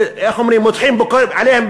מותחים ביקורת עליהם,